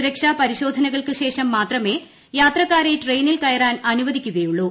സുരക്ഷാ പരിശോധനകൾക്ക് ശേഷം മാത്രമേ യാത്രക്കാരെ ട്രെയിനിൽ കയറാൻ അനുവദിക്കുകയുള്ളൂ